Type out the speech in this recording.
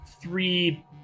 three